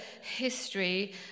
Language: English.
history